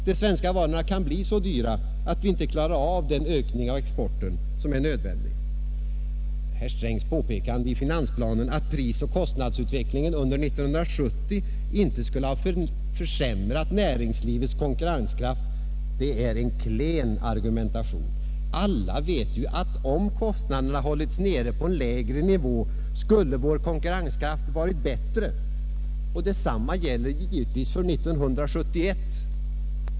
De svenska varorna kan bli så dyra, att vi inte klarar av den ökning av exporten som är nödvändig. Herr Strängs påpekande i finansplanen, att prisoch kostnadsutvecklingen under 1970 inte skulle ha försämrat näringslivets konkurrenskraft, är en klen argumentation. Alla vet ju att om kostnaderna hållits nere på en lägre nivå, skulle vår konkurrenskraft varit bättre. Detsamma gäller givetvis för 1971.